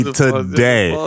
today